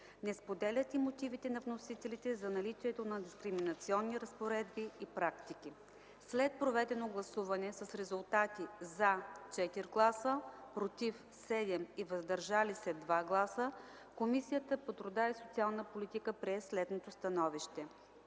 Не споделят и мотивите на вносителите за наличието на дискриминационни разпоредби и практики. След проведено гласуване с резултати: „за” - 4 гласа, „против” - 7 и „въздържали се” - 2 гласа, Комисията по труда и социалната политика прие следното становище: